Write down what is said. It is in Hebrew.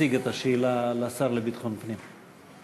יציג את השאלה לשר לביטחון פנים.